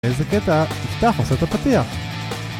איזה קטע, תפתח ושאתה פתיח